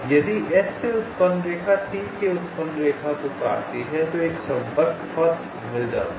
यदि S से उत्पन्न रेखा T से उत्पन्न रेखा को काटती है तो एक संपर्क पथ मिल जाता है